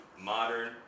Modern